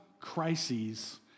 crises